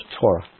Torah